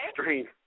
strange